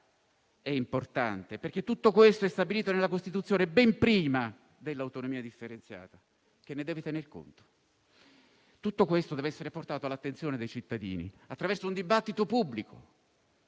importanti. Tutto questo è stabilito nella Costituzione ben prima dell'autonomia differenziata, che ne deve tener conto. Tutto questo deve essere portato all'attenzione dei cittadini attraverso un dibattito pubblico.